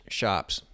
shops